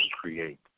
create